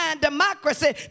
democracy